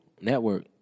Network